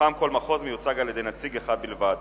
ומתוכם כל מחוז מיוצג על-ידי נציג אחד בלבד.